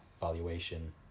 valuation